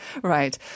Right